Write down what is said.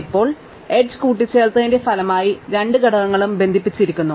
ഇപ്പോൾ എഡ്ജ് കൂട്ടിച്ചേർത്തതിന്റെ ഫലമായി രണ്ട് ഘടകങ്ങളും ബന്ധിപ്പിച്ചിരിക്കുന്നു